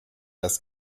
das